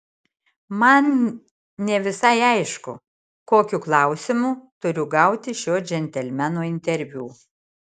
man ne visai aišku kokiu klausimu turiu gauti šio džentelmeno interviu